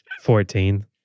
Fourteen